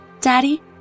Daddy